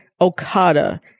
Okada